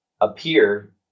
appear